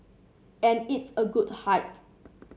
and it's a good height